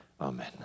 Amen